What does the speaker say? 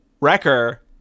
Wrecker